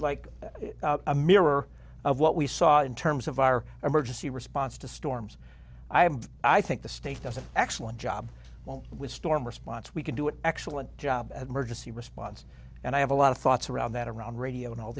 like a mirror of what we saw in terms of our emergency response to storms i am i think the state doesn't excellent job well with storm response we can do it excellent job at marja see response and i have a lot of thoughts around that around radio and all